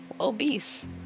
Obese